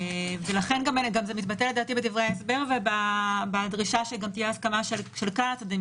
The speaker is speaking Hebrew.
זה מתבטא לדעתי בדברי ההסבר ובדרישה שגם תהיה הסכמה של כלל הצדדים,